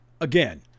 again